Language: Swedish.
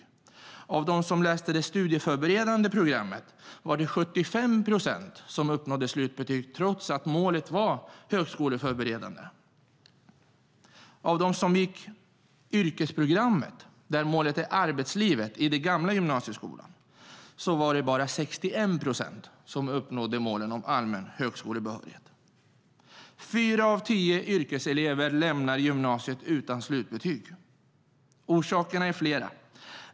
Bland dem som läste de studieförberedande programmen var det 75 procent som uppnådde slutbetyg, trots att målet var högskoleförberedande, och bland dem som läste på yrkesprogrammen, där målet i den gamla gymnasieskolan var arbetslivet, var det bara 61 procent som uppnådde målet om allmän högskolebehörighet. Fyra av tio yrkeselever lämnade gymnasiet utan slutbetyg. Orsakerna är flera.